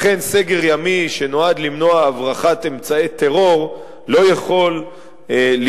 לכן סגר ימי שנועד למנוע הברחת אמצעי טרור לא יכול להיקרא